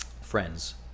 Friends